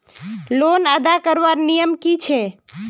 Loan अदा करवार नियम की छे?